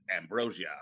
ambrosia